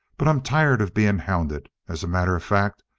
but i'm tired of being hounded. as a matter of fact,